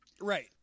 Right